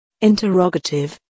Interrogative